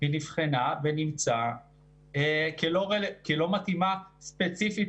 היא נבחנה ונמצאה כלא מתאימה ספציפית